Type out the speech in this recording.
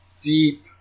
deep